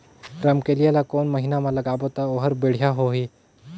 रमकेलिया ला कोन महीना मा लगाबो ता ओहार बेडिया होही?